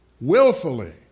willfully